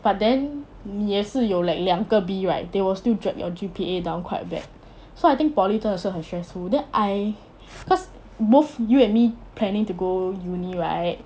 but then 你也是有 like 两个 B right they will still drag your G_P_A down quite bad so I think poly 真的是很 stressful then I cause both you and me planning to go uni right